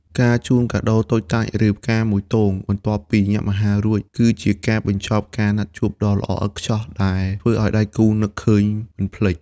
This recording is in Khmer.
ការជូនកាដូតូចតាច ឬផ្កាមួយទងបន្ទាប់ពីញ៉ាំអាហាររួច គឺជាការបញ្ចប់ការណាត់ជួបដ៏ល្អឥតខ្ចោះដែលធ្វើឱ្យដៃគូនឹកឃើញមិនភ្លេច។